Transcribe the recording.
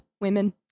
women